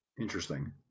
interesting